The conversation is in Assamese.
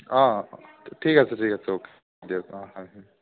অ' ঠিক আছে ঠিক আছে অ'কে দিয়ক অ' হয় হয়